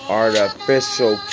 artificial